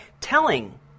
telling